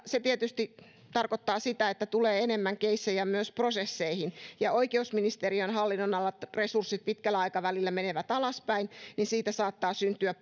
se tietysti tarkoittaa sitä että tulee enemmän keissejä myös prosesseihin ja kun oikeusministeriön hallinnonalan resurssit pitkällä aikavälillä menevät alaspäin niin siitä saattaa syntyä